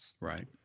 right